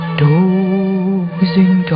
dozing